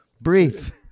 brief